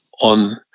on